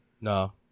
No